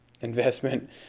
investment